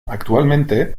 actualmente